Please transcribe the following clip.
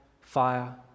fire